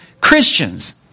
Christians